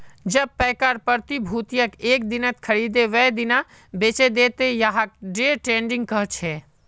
जब पैकार प्रतिभूतियक एक दिनत खरीदे वेय दिना बेचे दे त यहाक डे ट्रेडिंग कह छे